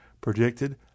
predicted